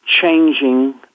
changing